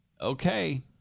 Okay